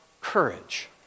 courage